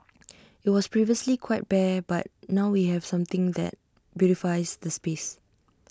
IT was previously quite bare but now we have something that beautifies the space